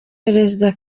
perezida